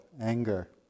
anger